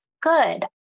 good